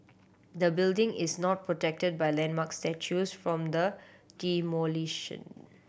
the building is not protected by landmark status from the demolition